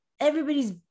everybody's